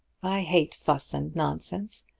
i hate fuss and nonsense,